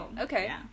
Okay